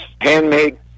handmade